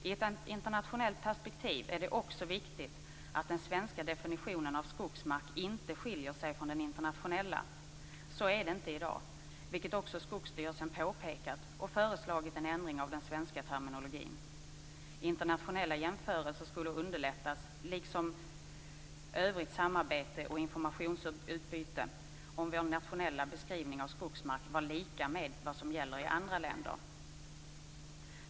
I ett internationellt perspektiv är det också viktigt att den svenska definitionen av skogsmark inte skiljer sig från den internationella. Så är det inte i dag, vilket också Skogsstyrelsen påpekat, och man har föreslagit en ändring av den svenska terminologin. Internationella jämförelser skulle underlättas, liksom övrigt samarbete och informationsutbyte, om vår nationella beskrivning av skogsmark var lika med vad som gäller i andra länder.